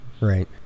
Right